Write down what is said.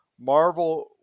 Marvel